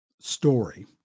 story